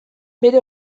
bere